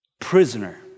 prisoner